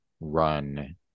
run